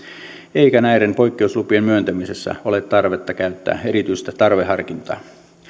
eikä näiden poikkeuslupien myöntämisessä ole tarvetta käyttää erityistä tarveharkintaa